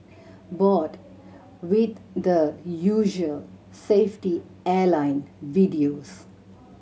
bored with the usual safety airline videos